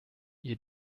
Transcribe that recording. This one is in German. ihr